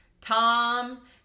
Tom